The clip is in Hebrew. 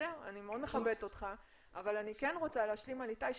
אני מאוד מכבדת אותך אבל אני רוצה להשלים על איתי,